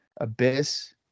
Abyss